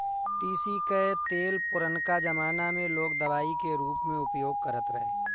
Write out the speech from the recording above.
तीसी कअ तेल पुरनका जमाना में लोग दवाई के रूप में उपयोग करत रहे